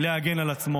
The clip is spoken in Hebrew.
לסיכום,